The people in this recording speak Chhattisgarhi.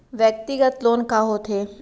व्यक्तिगत लोन का होथे?